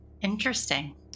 interesting